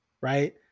Right